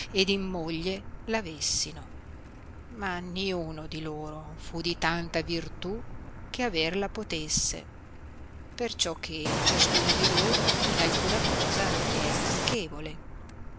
ed in moglie l avessino ma niuno di loro fu di tanta virtù che aver la potesse perciò che ciascuno di loro in alcuna cosa era manchevole